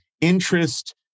interest